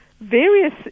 various